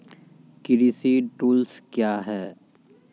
कृषि टुल्स क्या हैं?